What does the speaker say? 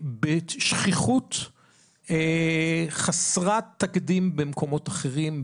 בשכיחות חסרת תקדים במקומות אחרים,